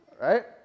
Right